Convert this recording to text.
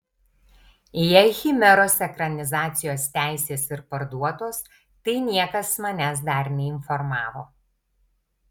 jei chimeros ekranizacijos teisės ir parduotos tai niekas manęs dar neinformavo